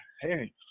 Hey